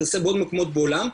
זה נעשה בעוד מקומות בעולם,